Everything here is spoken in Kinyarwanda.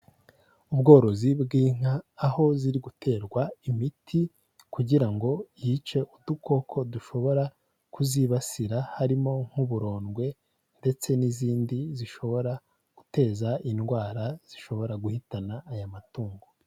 Ubworozi bw'inka aho ziri guterwa imiti kugira ngo yice udukoko dushobora kuzibasira harimo nk'uburondwe ndetse n'izindi zishobora guteza indwara zishobora guhitana aya matungo.